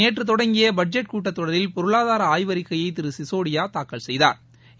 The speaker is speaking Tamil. நேற்றுதொடங்கியபட்ஜெட் கூட்டத் தொடரில் பொருளாதாரஆய்வறிக்கையைதிருசிசோடியாதாக்கல் செய்தாா்